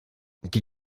die